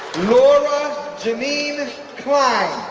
lora jeneen klein,